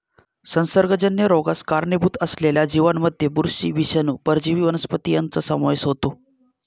संसर्गजन्य रोगास कारणीभूत असलेल्या जीवांमध्ये बुरशी, विषाणू, परजीवी वनस्पती यांचा समावेश होतो